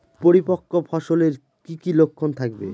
পরিপক্ক ফসলের কি কি লক্ষণ থাকবে?